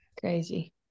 Crazy